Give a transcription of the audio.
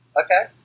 Okay